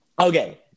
Okay